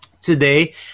Today